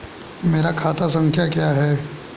मेरा खाता संख्या क्या है?